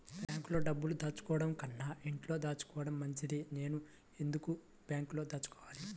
బ్యాంక్లో డబ్బులు దాచుకోవటంకన్నా ఇంట్లో దాచుకోవటం మంచిది నేను ఎందుకు బ్యాంక్లో దాచుకోవాలి?